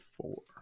four